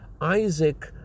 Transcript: Isaac